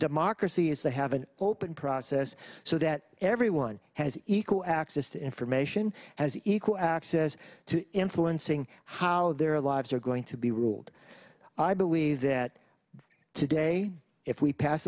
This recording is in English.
democracy is to have an open process so that everyone has equal access to information has equal access to influencing how their lives are going to be ruled i believe that today if we pass